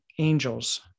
angels